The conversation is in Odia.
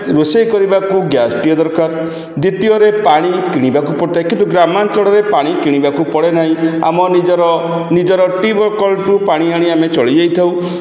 ରୋଷେଇ କରିବାକୁ ଗ୍ୟାସ୍ଟିଏ ଦରକାର ଦ୍ଵିତୀୟରେ ପାଣି କିଣିବାକୁ ପଡ଼ିଥାଏ କିନ୍ତୁ ଗ୍ରାମାଞ୍ଚଳରେ ପାଣି କିଣିବାକୁ ପଡ଼େ ନାହିଁ ଆମ ନିଜର ନିଜର ଟ୍ୟୁବ୍ କଳଠୁ ପାଣି ଆଣି ଆମେ ଚଳିଯାଇଥାଉ